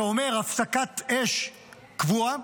שאומר הפסקת אש קבועה,